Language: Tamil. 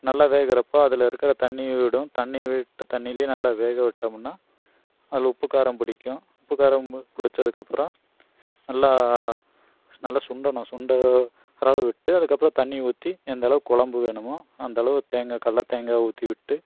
நல்லா வேகுறப்போ அதில் இருக்கிற தண்ணி விடும் தண்ணி விட்ட தண்ணிலே நல்லா வேக விட்டமுன்னா அதில் உப்பு காரம் பிடிக்கும் உப்பு காரம் மு பிடிச்சதுக்கப்பறோம் நல்லா நல்லா சுண்டனும் சுண்ட விட்டு அதுக்கப்பறம் தண்ணி ஊற்றி எந்தளவு கொழம்பு வேணுமோ அந்தளவு தேங்காய் கல்ல தேங்காயை ஊற்றி விட்டு